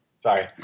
Sorry